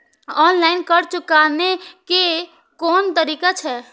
Online कर्ज चुकाने के कोन तरीका छै?